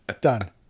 Done